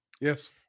Yes